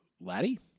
Laddie